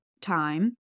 time